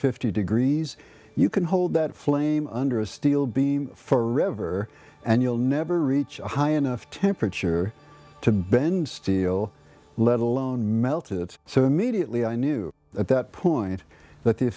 fifty degrees you can hold that flame under a steel beam for ever and you'll never reach a high enough temperature to bend steel let alone melt it so immediately i knew at that point that the